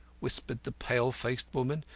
whispered the pale-faced woman.